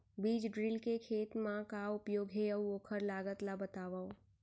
बीज ड्रिल के खेत मा का उपयोग हे, अऊ ओखर लागत ला बतावव?